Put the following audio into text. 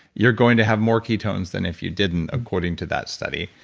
you're going to have more ketones than if you didn't according to that study.